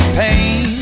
pain